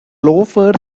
loafers